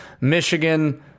Michigan